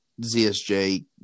ZSJ